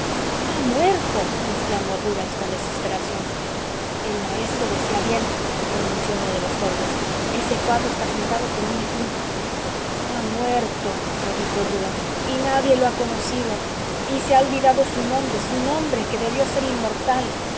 ha muerto exclamó rubens con desesperación el maestro decía bien pronunció uno de los jóvenes ese cuadro está pintado por un difunto ha muerto repitió rubens y nadie lo ha conocido y se ha olvidado su nombre su nombre que debió ser inmortal